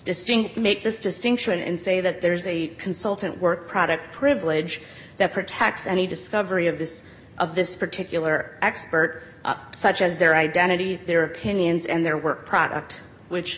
distinct make this distinction and say that there is a consultant work product privilege that protects any discovery of this of this particular expert up such as their identity their opinions and their work product which